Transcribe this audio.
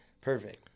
perfect